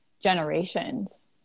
generations